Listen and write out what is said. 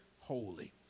holy